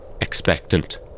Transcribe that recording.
expectant